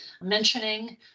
mentioning